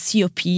COP